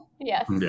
Yes